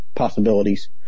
possibilities